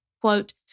quote